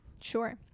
sure